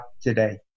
today